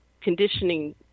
conditioning